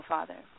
Father